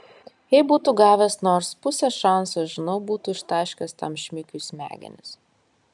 jei būtų gavęs nors pusę šanso žinau būtų ištaškęs tam šmikiui smegenis